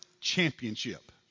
championship